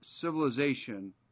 civilization